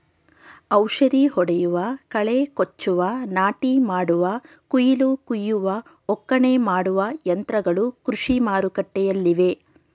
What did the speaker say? ಔಷಧಿ ಹೊಡೆಯುವ, ಕಳೆ ಕೊಚ್ಚುವ, ನಾಟಿ ಮಾಡುವ, ಕುಯಿಲು ಕುಯ್ಯುವ, ಒಕ್ಕಣೆ ಮಾಡುವ ಯಂತ್ರಗಳು ಕೃಷಿ ಮಾರುಕಟ್ಟೆಲ್ಲಿವೆ